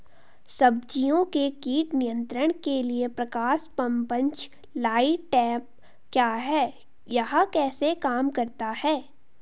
सब्जियों के कीट नियंत्रण के लिए प्रकाश प्रपंच लाइट ट्रैप क्या है यह कैसे काम करता है?